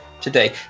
today